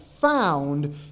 found